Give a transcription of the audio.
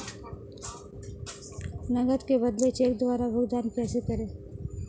नकद के बदले चेक द्वारा भुगतान कैसे करें?